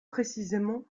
précisément